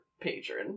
patron